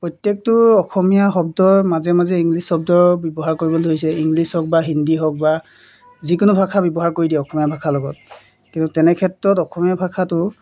প্ৰত্যেকটো অসমীয়া শব্দৰ মাজে মাজে ইংলিছ শব্দ ব্যৱহাৰ কৰিবলৈ হৈছে ইংলিছ হওক বা হিন্দী হওক বা যিকোনো ভাষা ব্যৱহাৰ কৰি দিয়ে অসমীয়া ভাষাৰ লগত কিন্তু তেনে ক্ষেত্ৰত অসমীয়া ভাষাটো